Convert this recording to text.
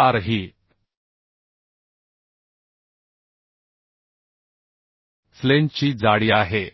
4 ही फ्लेंजची जाडी आहे